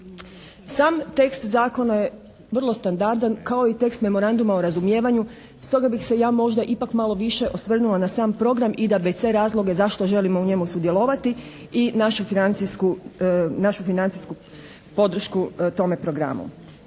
Sam tekst zakona je vrlo standardan kao i tekst memoranduma o razumijevanju. Stoga bih se ja možda ipak malo više osvrnula na sam program IDBC razloge zašto želimo u njemu sudjelovati i našu financijsku podršku tome programu.